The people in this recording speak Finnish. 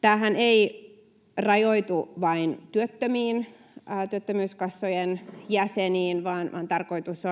Tämähän ei rajoitu vain työttömiin työttömyyskassojen jäseniin, vaan tarkoitus